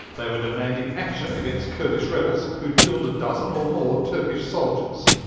they were demanding action against kurdish rebels who'd killed a dozen or more turkish soldiers.